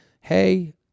Hey